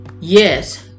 Yes